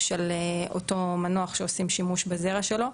של אותו מנוח שעושים שימוש בזרע שלו.